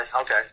okay